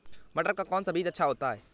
मटर का कौन सा बीज अच्छा होता हैं?